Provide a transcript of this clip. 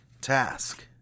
task